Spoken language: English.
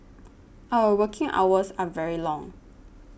our working hours are very long